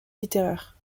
littéraires